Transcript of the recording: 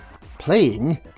playing